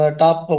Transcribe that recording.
top